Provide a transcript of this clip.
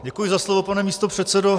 Děkuji za slovo, pane místopředsedo.